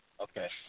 Okay